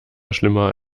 schlimmer